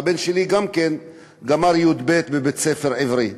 והבן שלי גם כן גמר י"ב בבית-ספר עברי,